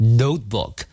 notebook